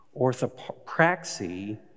Orthopraxy